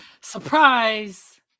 Surprise